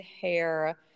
hair